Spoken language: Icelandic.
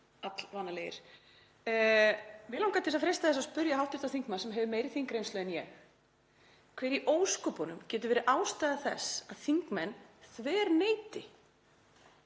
allvanalegir. Mig langar til að freista þess að spyrja hv. þingmann sem hefur meiri þingreynslu en ég: Hver í ósköpunum getur verið ástæða þess að þingmenn þverneiti